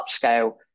upscale